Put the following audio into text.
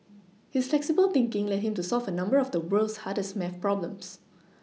his flexible thinking led him to solve a number of the world's hardest math problems